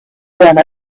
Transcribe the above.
done